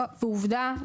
עובדה,